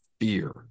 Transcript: fear